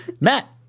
Matt